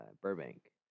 Burbank